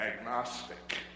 agnostic